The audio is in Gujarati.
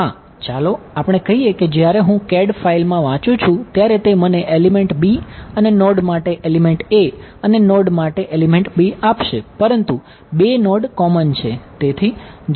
હા ચાલો આપણે કહીએ કે જ્યારે હું CAD ફાઇલમાં વાંચું છું ત્યારે તે મને એલિમેંટ b અને નોડ માટે એલિમેંટ a અને નોડ માટે એલિમેંટ 'b' આપશે પરંતુ 2 નોડ કોમન છે